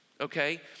Okay